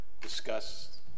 discuss